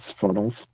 funnels